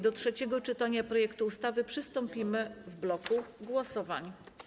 Do trzeciego czytania projektu ustawy przystąpimy w bloku głosowań.